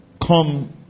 come